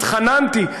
התחננתי.